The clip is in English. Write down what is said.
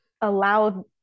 allow